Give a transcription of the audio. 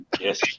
Yes